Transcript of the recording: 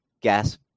gas